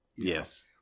Yes